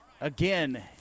Again